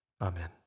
amen